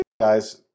guys